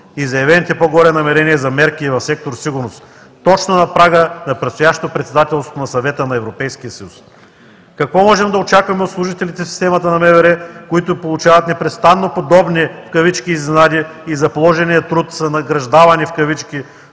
и заявените по-горе намерения за мерки и в сектор „Сигурност“, точно на прага на предстоящото председателство на Съвета на Европейския съюз. Какво можем да очакваме от служителите в системата на МВР, които получават непрестанно подобни „изненади“ и за положения труд са „награждавани“ с по-ниско